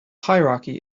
hierarchy